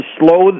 slow